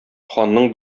ханның